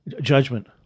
Judgment